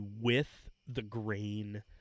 with-the-grain